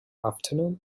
afternoon